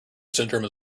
syndrome